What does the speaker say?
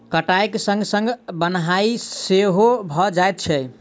कटाइक संग संग बन्हाइ सेहो भ जाइत छै